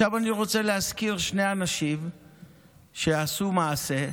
עכשיו אני רוצה להזכיר שני אנשים שעשו מעשה.